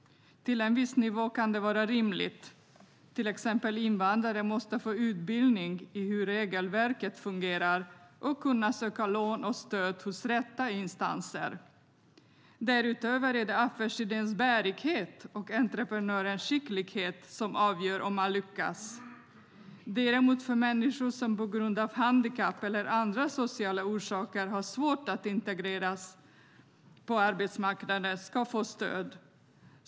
Till en viss nivå kan det vara rimligt. Invandrare måste till exempel få utbildning i hur regelverket fungerar och kunna söka lån och stöd hos rätt instanser. Därutöver är det affärsidéns bärighet och entreprenörens skicklighet som avgör om man lyckas. Däremot ska människor som på grund av handikapp eller som av andra sociala orsaker har svårt att integreras på arbetsmarknaden få stöd.